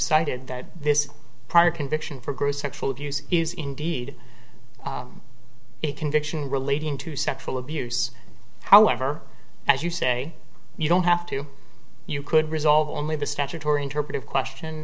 we've cited that this prior conviction for gross sexual abuse is indeed a conviction relating to sexual abuse however as you say you don't have to you could resolve only the statutory interpretive question